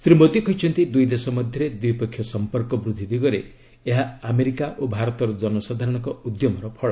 ଶ୍ରୀ ମୋଦୀ କହିଛନ୍ତି ଦୁଇ ଦେଶ ମଧ୍ୟରେ ଦ୍ୱିପକ୍ଷିୟ ସମ୍ପର୍କ ବୃଦ୍ଧି ଦିଗରେ ଏହା ଆମେରିକା ଓ ଭାରତର ଜନସାଧାରଣଙ୍କ ଉଦ୍ୟମର ଫଳ